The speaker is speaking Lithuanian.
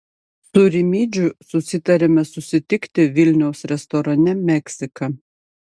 su rimydžiu susitariame susitikti vilniaus restorane meksika